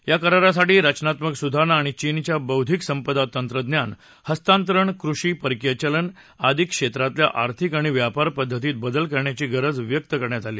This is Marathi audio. या करारासाठी रचनात्मक सुधारणा आणि चीनच्या बौद्वीक संपदा तंत्रज्ञान हस्तांतरण कृषी परकीय चलन आदी क्षेत्रातल्या आर्थिक आणि व्यापार पद्धतीत बदल करण्याची गरज व्यक्त करण्यात आली